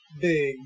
big